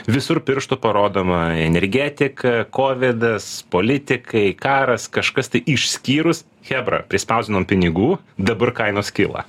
visur pirštu parodoma energetika kovidas politikai karas kažkas tai išskyrus chebra prispausdinom pinigų dabar kainos kyla